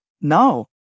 no